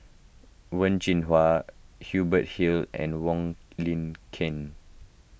Wen Jinhua Hubert Hill and Wong Lin Ken